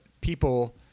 people